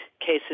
cases